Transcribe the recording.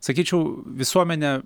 sakyčiau visuomenė